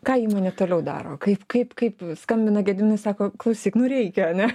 ką įmonė toliau daro kaip kaip kaip skambina gediminui sako klausyk nu reikia ane